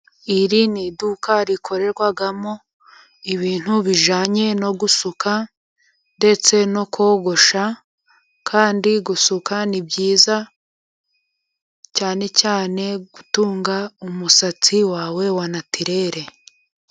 Iri ni iduka rikorerwamo ibintu bijyanye no gusuka, ndetse no kogosha, kandi gusuka ni byiza, cyane cyane gutunga umusatsi wawe wa natireri.